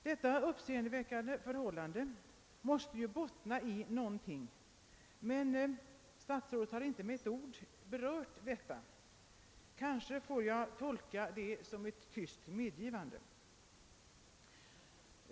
Detta uppseendeväckande förhållande måste bottna i någon speciell omständighet, men statsrådet har inte med ett ord berört detta. Kanske får jag tolka det som ett tyst medgivande.